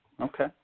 Okay